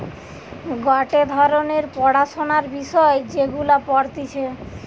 গটে ধরণের পড়াশোনার বিষয় যেগুলা পড়তিছে